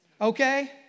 Okay